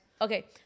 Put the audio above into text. Okay